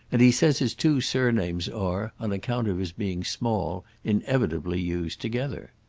and he says his two surnames are, on account of his being small, inevitably used together.